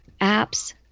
apps